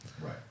Right